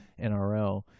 NRL